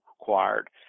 required